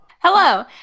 Hello